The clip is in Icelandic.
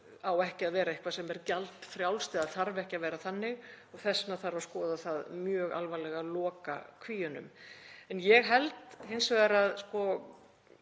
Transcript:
á ekki að vera eitthvað sem er gjaldfrjálst eða þarf ekki að vera þannig og þess vegna þarf að skoða það mjög alvarlega að loka kvíunum. En ég held hins vegar að